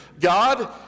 God